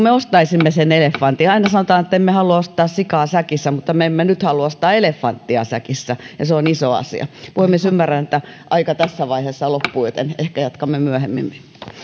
me ostaisimme sen elefantin aina sanotaan että emme halua ostaa sikaa säkissä mutta me emme nyt halua ostaa elefanttia säkissä ja se on iso asia puhemies ymmärrän että aika tässä vaiheessa loppuu niin että ehkä jatkamme myöhemmin